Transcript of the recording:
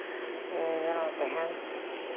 ᱡᱮᱱᱚ ᱛᱟᱦᱮᱱ